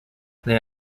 they